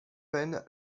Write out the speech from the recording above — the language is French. penn